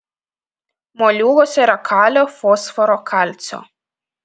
moliūguose yra kalio fosforo kalcio